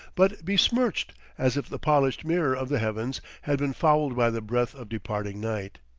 but besmirched as if the polished mirror of the heavens had been fouled by the breath of departing night.